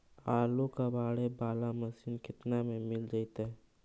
आलू कबाड़े बाला मशीन केतना में मिल जइतै?